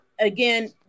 Again